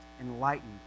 enlightened